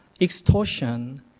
extortion